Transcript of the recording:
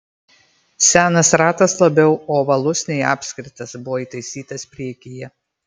senas ratas labiau ovalus nei apskritas buvo įtaisytas priekyje